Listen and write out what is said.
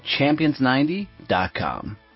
champions90.com